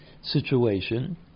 situation